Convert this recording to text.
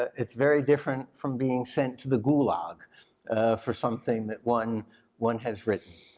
it's very different from being sent to the gulag for something that one one has written.